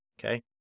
okay